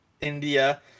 India